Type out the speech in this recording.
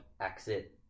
exit